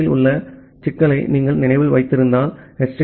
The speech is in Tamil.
பி யில் உள்ள சிக்கலை நீங்கள் நினைவில் வைத்திருந்தால் எச்